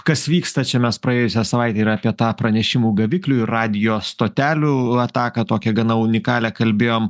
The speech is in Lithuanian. kas vyksta čia mes praėjusią savaitę ir apie tą pranešimų gaviklių ir radijo stotelių ataką tokią gana unikalią kalbėjom